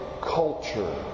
culture